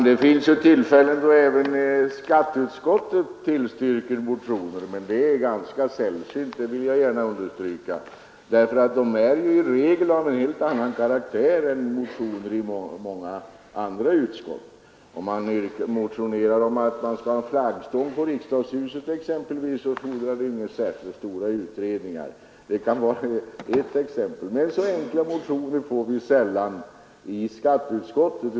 Herr talman! Det finns tillfällen då även skatteutskottet tillstyrker motioner, men jag skall gärna erkänna att det är ganska sällsynt. I regel är motionerna i skatteutskottet av en annan karaktär än motionerna i många andra utskott. Om någon exempelvis motionerar om en flaggstång på riksdagshuset, så fordrar det inga särskilt stora utredningar. Men så enkla motioner får vi mycket sällan i skatteutskottet.